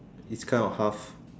it's kind of half